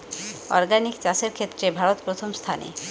organic চাষের ক্ষেত্রে ভারত প্রথম স্থানে